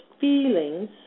feelings